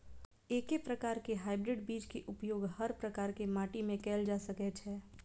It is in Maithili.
एके प्रकार केँ हाइब्रिड बीज केँ उपयोग हर प्रकार केँ माटि मे कैल जा सकय छै?